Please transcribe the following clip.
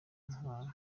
nka